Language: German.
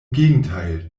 gegenteil